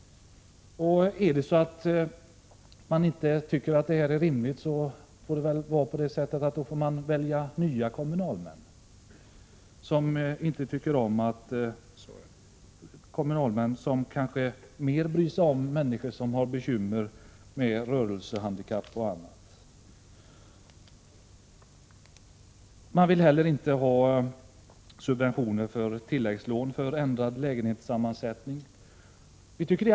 Om man nu inte tycker att detta är rimligt, får man välja nya kommunalmän som kanske mera bryr sig om människor som har bekymmer med rörelsehandikapp och annat. De borgerliga vill heller inte subventionera ändrad lägenhetssammansättning genom tilläggslån.